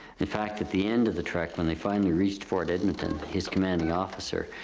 in fact at the end of the trek when they finally reached fort edmonton, his commanding officer,